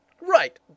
Right